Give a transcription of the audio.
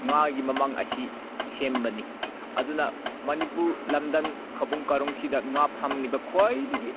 ꯉꯥꯒꯤ ꯃꯃꯜ ꯑꯁꯤ ꯁꯦꯝꯕꯅꯤ ꯑꯗꯨꯅ ꯃꯅꯤꯄꯨꯔ ꯂꯝꯗꯝ ꯈꯥꯕꯨꯡ ꯀꯥꯔꯣꯡꯁꯤꯗ ꯉꯥ ꯐꯥꯔꯝ ꯂꯩꯕ ꯈ꯭ꯋꯥꯏꯗꯒꯤ